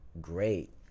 great